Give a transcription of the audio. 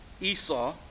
Esau